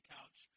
Couch